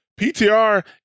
PTR